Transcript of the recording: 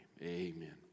amen